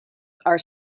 are